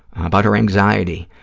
about her anxiety.